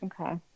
Okay